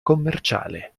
commerciale